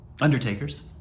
undertakers